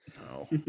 No